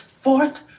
fourth